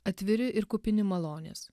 atviri ir kupini malonės